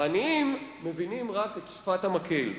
והעניים מבינים רק את שפת המקל.